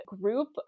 group